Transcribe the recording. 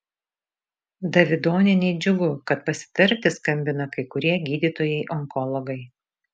davidonienei džiugu kad pasitarti skambina kai kurie gydytojai onkologai